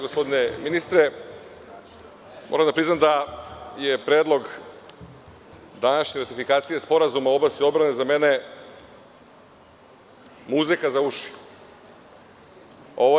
Gospodine ministre, moram da priznam da je predlog današnje ratifikacije sporazuma u oblasti odbrane za mene muzika za uši.